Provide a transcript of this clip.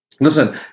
Listen